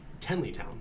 Tenleytown